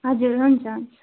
हजुर हुन्छ हुन्छ